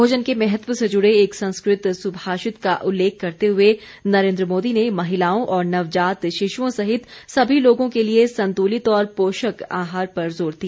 भोजन के महत्व से जुड़े एक संस्कृत सुभाषित का उल्लेख करते हुए नरेन्द्र मोदी ने महिलाओं और नवजात शिशुओं सहित सभी लोगों के लिए संतुलित और पोषक आहार पर जोर दिया